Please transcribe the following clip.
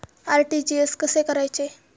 RTGS कसे करायचे?